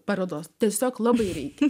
parodos tiesiog labai reikia